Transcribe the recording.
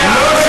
יש חוק, לא.